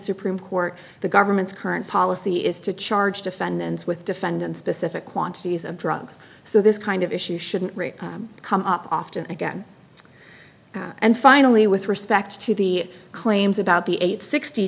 supreme court the government's current policy is to charge defendants with defendant specific quantities of drugs so this kind of issue shouldn't come up often again and finally with respect to the claims about the eight sixty